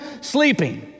sleeping